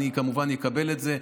אני כמובן אקבל את זה.